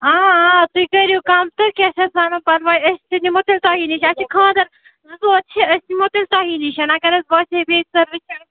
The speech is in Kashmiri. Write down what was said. آ آ تُہۍ کٔرِو کَم تہٕ کیٛاہ چھِ اَتھ ونان أسۍ تہِ دِمو تیٚلہِ تۄہی نِش اَسہِ چھِ خاندَر زٕ ژور چھِ أسۍ یِمو تیٚلہِ تۄہی نِشَن اَگر اَسہِ باسہِ